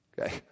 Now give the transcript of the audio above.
Okay